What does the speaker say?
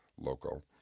local